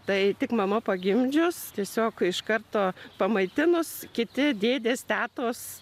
tai tik mama pagimdžius tiesiog iš karto pamaitinus kiti dėdės tetos